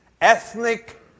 ethnic